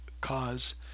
cause